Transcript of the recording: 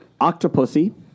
Octopussy